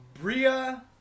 Bria